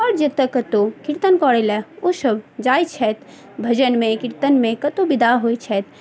आओर जतऽ कतौ कीर्तन करै लऽ ओ सभ जाइ छथि भजनमे कीर्तनमे कतौ बिदा होइ छथि